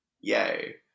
yay